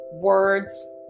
words